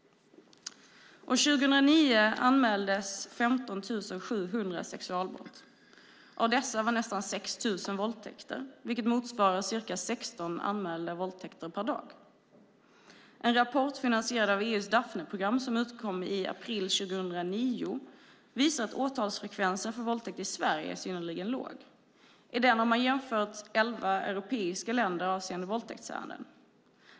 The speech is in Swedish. År 2009 anmäldes 15 700 sexualbrott. Av dessa var nästan 6 000 våldtäkter, vilket motsvarar ca 16 anmälda våldtäkter per dag. En rapport finansierad av EU:s Daphneprogram som utkom i april 2009 visar att åtalsfrekvensen för våldtäkt i Sverige är synnerligen låg. I den har man jämfört elva europeiska länder avseende våldtäktsärenden.